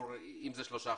אז זה 3 חיילים,